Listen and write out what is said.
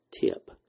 tip